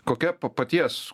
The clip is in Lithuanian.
kokia pa paties